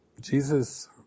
Jesus